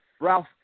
Ralph